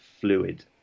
fluid